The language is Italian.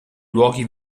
luoghi